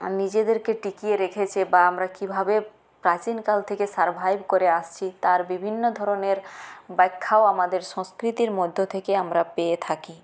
নিজেদেরকে টিকিয়ে রেখেছে বা আমরা কী ভাবে প্রাচীনকাল থেকে সারভাইভ করে আসছি তার বিভিন্ন ধরনের ব্যাখ্যাও আমরা আমাদের সংস্কৃতির মধ্যে থেকে আমরা পেয়ে থাকি